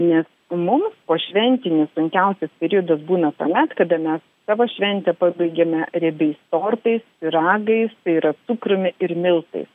nes mums pošventinis sunkiausias periodas būna tuomet kada mes savo šventę pabaigiame riebiais tortais pyragais tai yra cukrumi ir miltais